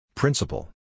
Principle